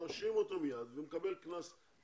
מיד מרשיעים אותו והוא מקבל קנס.